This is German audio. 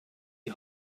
die